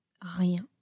rien